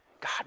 God